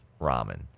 ramen